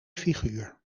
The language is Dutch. figuur